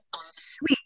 sweet